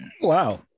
wow